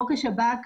חוק השב"כ,